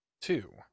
two